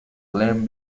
glen